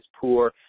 poor